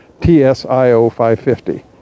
TSIO-550